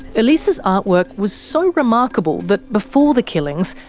elisa's artwork was so remarkable that before the killings,